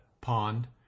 pond